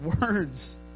words